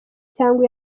cyangwa